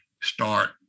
start